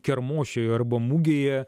kermošiuj arba mugėje